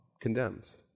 condemns